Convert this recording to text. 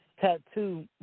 tattoo